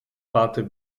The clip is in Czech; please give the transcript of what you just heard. pátek